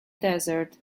desert